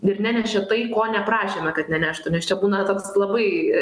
ir nenešė tai ko neprašėme kad neneštų nes čia būna toks labai